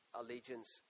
allegiance